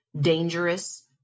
dangerous